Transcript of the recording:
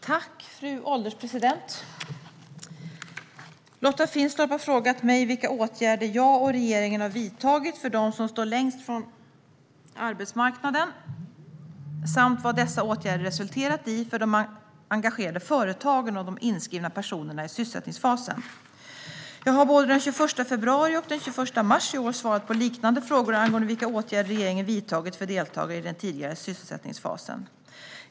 Fru ålderspresident! Lotta Finstorp har frågat mig vilka åtgärder jag och regeringen har vidtagit för dem som står längst från arbetsmarknaden samt vad dessa åtgärder resulterat i för de engagerade företagen och de inskrivna personerna i sysselsättningsfasen. Jag har både den 21 februari och den 21 mars i år svarat på liknande frågor angående vilka åtgärder regeringen vidtagit för deltagare i den tidigare sysselsättningsfasen.